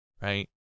right